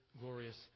glorious